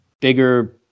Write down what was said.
bigger